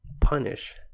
punish